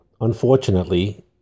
unfortunately